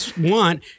want